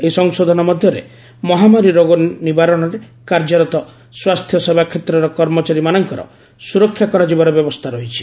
ଏହି ସଂଶୋଧନ ମଧ୍ୟରେ ମହାମାରୀ ରୋଗ ନିବାରଣରେ କାର୍ଯ୍ୟରତ ସ୍ୱାସ୍ଥ୍ୟ ସେବା କ୍ଷେତ୍ରର କର୍ମଚାରୀମାନଙ୍କର ସୁରକ୍ଷା କରାଯିବାର ବ୍ୟବସ୍ଥା ରହିଛି